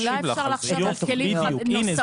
אולי אפשר לחשוב על כלים נוספים.